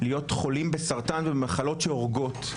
להיות חולים בסרטן ובמחלות שהורגות.